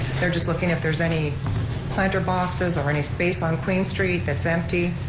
they're just looking, if there's any planter boxes or any space on queen street that's empty.